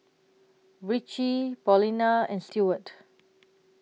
Ritchie Paulina and Stewart